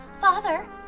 Father